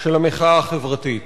של המחאה החברתית.